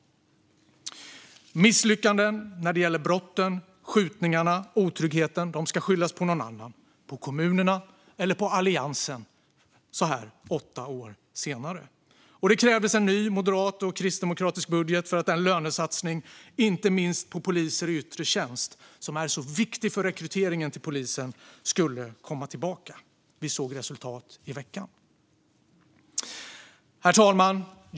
Misslyckandena när det gäller brotten, skjutningarna och otryggheten ska skyllas på någon annan - på kommunerna eller på Alliansen, så här åtta år senare. Det krävdes en ny moderat och kristdemokratisk budget för att den lönesatsning, inte minst på poliser i yttre tjänst, som är så viktig för rekryteringen till polisen skulle komma tillbaka. Vi såg resultat i veckan. Herr talman!